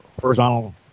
horizontal